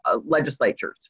legislatures